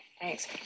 Thanks